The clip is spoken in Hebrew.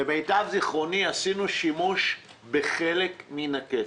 למיטב זכרוני עשינו שימוש בחלק מן הכסף.